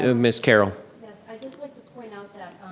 ah miss carol? yes i'd just like point out that,